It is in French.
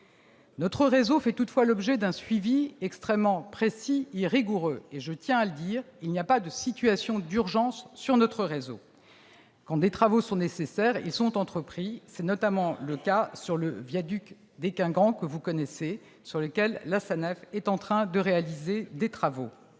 Notre réseau fait toutefois l'objet d'un suivi extrêmement précis et rigoureux et, je tiens à le dire, il n'y a pas de situation d'urgence sur notre réseau. Quand des travaux sont nécessaires, ils sont entrepris. C'est notamment le cas sur le viaduc d'Echinghen que vous connaissez, sur lequel la SANEF est en train de réaliser des travaux.